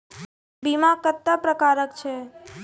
बीमा कत्तेक प्रकारक छै?